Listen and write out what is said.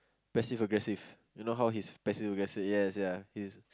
passive aggressive you know how he is passive aggressive ya ya he's